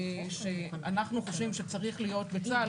שאנחנו חושבים שצריך להיות בצה"ל,